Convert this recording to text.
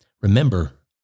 Remember